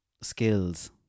skills